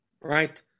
right